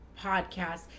podcast